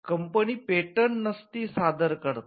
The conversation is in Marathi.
कंपनी पेटंट नस्ती सादर करते